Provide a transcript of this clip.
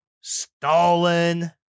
Stalin